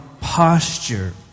posture